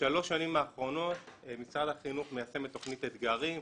בשלוש השנים האחרונות משרד החינוך מיישם את תוכנית "אתגרים"